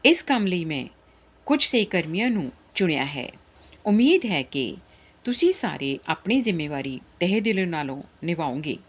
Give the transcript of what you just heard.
ਇਸ ਕੰਮ ਲਈ ਮੈਂ ਕੁਝ ਸਹਿਕਰਮੀਆਂ ਨੂੰ ਚੁਣਿਆ ਹੈ ਉਮੀਦ ਹੈ ਕਿ ਤੁਸੀਂ ਸਾਰੇ ਆਪਣੀ ਜ਼ਿੰਮੇਵਾਰੀ ਤਹਿ ਦਿਲ ਨਾਲੋਂ ਨਿਭਾਓਗੇ